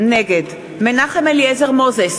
נגד מנחם אליעזר מוזס,